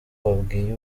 babwiye